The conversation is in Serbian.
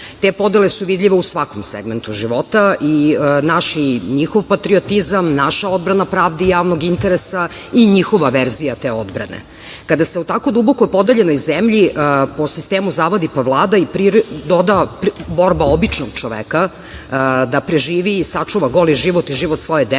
Te podele su vidljive u svakom segmentu života, naš i njihov patriotizam, naša odbrana pravde i javnog interesa i njihova verzija te odbrane. Kada se u tako duboko podeljenoj zemlji po sistemu - zavadi pa vladaj, doda borba običnog čoveka da preživi i sačuva goli život i život svoje dece,